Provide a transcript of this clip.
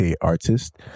artist